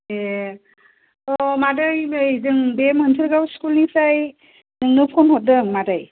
ए अ मादै नै जों बे मोनसोरगाव स्कुल निफ्राय नोंनो फन हरदों मादै